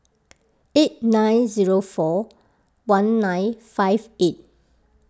eight nine zero four one nine five eight